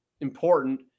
important